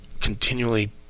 continually